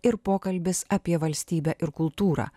ir pokalbis apie valstybę ir kultūrą